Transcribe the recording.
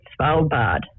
Svalbard